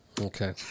Okay